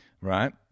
right